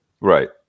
Right